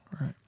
Right